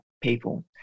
people